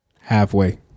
Halfway